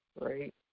right